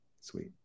Sweet